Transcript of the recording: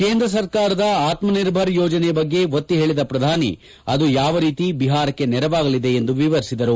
ಕೇಂದ್ರ ಸರ್ಕಾರದ ಆತ್ಮನಿರ್ಭರ್ ಯೋಜನೆಯ ಬಗ್ಗೆ ಒತ್ತಿ ಹೇಳಿದ ಪ್ರಧಾನಿ ಅದು ಯಾವ ರೀತಿ ಬಿಹಾರಕ್ಕೆ ನೆರವಾಗಲಿದೆ ಎಂದು ವಿವರಿಸಿದರು